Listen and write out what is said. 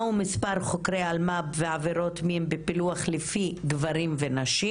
מהו מספר חוקרי אלמ"ב ועבירות מין בפילוח לפי גברים ונשים?